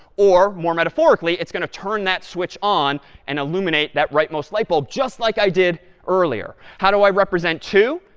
or, more metaphorically, it's going to turn that switch on and illuminate that rightmost light bulb just like i did earlier. how do i represent two?